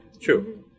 True